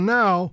now